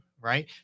Right